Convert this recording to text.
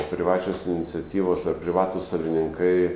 privačios iniciatyvos ar privatūs savininkai